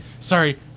sorry